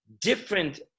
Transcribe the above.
different